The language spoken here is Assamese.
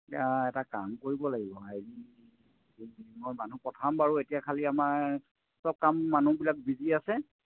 এয়া এটা কাম কৰিব লাগিব হেৰি মই মানুহ পঠিয়াম বাৰু এতিয়া খালি আমাৰ চব কাম মানুহবিলাক বিজি আছে